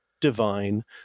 divine